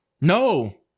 No